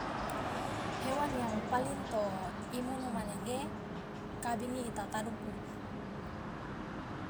hewan yang palaing to imono manege kabingi itataduku.